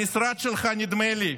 המשרד שלך, נדמה לי,